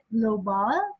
Global